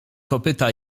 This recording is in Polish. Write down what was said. kopyta